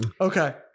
Okay